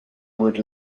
would